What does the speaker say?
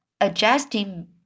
adjusting